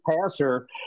passer